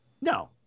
No